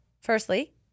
Firstly